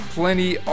plenty